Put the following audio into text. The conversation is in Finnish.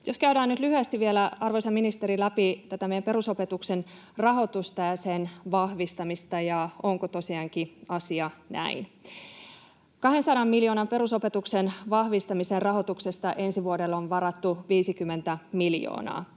Jos käydään nyt lyhyesti vielä, arvoisa ministeri, läpi tätä meidän perusopetuksen rahoitusta ja sen vahvistamista — onko tosiaankin asia näin? 200 miljoonan perusopetuksen vahvistamisen rahoituksesta ensi vuodelle on varattu 50 miljoonaa.